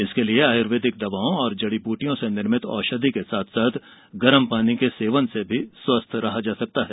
इसके लिये आयुर्वेदिक दवाओं और जड़ी बूटियों से निर्मित औषधि के साथ साथ गरम पानी के सेवन से भी स्वस्थ रहा जा सकता है